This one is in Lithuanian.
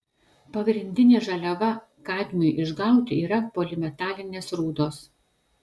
pagrindinė žaliava kadmiui išgauti yra polimetalinės rūdos